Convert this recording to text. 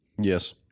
Yes